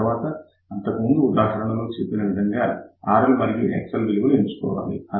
ఆ తర్వాత ఇంతకుముందు ఉదాహరణ లో చేసిన విధంగా RL మరియు XL విలువలు ఎంచుకోవాలి